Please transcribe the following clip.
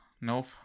Nope